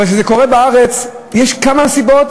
אבל כשזה קורה בארץ יש כמה סיבות.